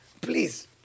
Please